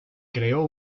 creó